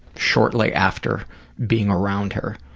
shortly after being around her.